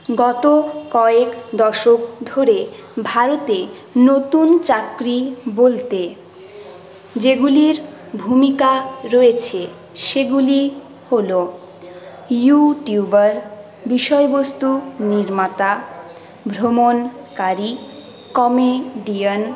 গত কয়েক দশক ধরে ভারতে নতুন চাকরি বলতে যেগুলির ভূমিকা রয়েছে সেগুলি হল ইউটিউবার বিষয়বস্তু নির্মাতা ভ্রমণকারী কমেডিয়ান